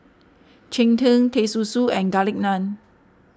Cheng Tng Teh Susu and Garlic Naan